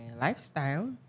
lifestyle